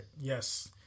Yes